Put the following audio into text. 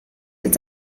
its